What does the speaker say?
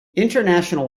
international